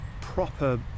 proper